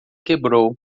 quebrou